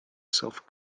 self